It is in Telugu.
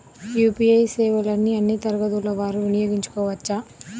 యూ.పీ.ఐ సేవలని అన్నీ తరగతుల వారు వినయోగించుకోవచ్చా?